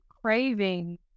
craving